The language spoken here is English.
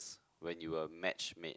when you were matchmade